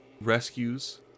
rescues